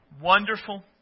wonderful